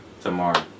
tomorrow